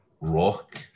Rock